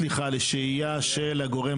סליחה, לשהייה של הגורם